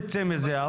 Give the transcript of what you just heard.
לא נצא מזה.